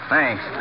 Thanks